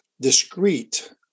discrete